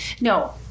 No